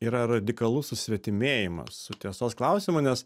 yra radikalus susvetimėjimas su tiesos klausimu nes